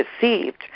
deceived